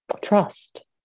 trust